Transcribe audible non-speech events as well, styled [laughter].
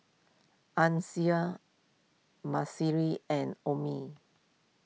Ancil [unintelligible] and Omie